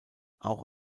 auch